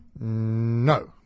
no